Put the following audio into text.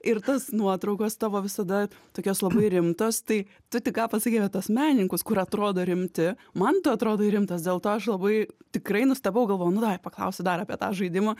ir tas nuotraukos tavo visada tokios labai rimtos tai tu tik ką pasakei apie tuos menininkus kur atrodo rimti man tu atrodai rimtas dėl to aš labai tikrai nustebau galvojau nu davai paklausiu dar apie tą žaidimą